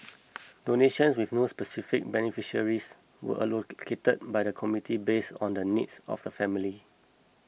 donations with no specific beneficiaries were allocated by the committee based on the needs of the families